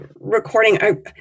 recording